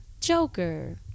Joker